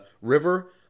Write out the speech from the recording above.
River